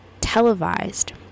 televised